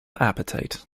appetite